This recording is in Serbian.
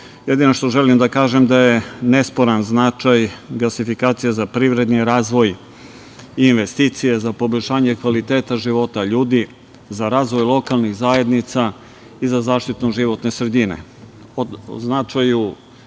jedino što želim da kažem da je nesporan značaj gasifikacije za privredni razvoj i investicije za poboljšanje kvaliteta života ljudi, za razvoj lokalnih zajednica i za zaštitu životne sredine.